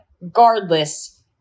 regardless